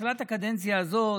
בתחילת הקדנציה הזאת,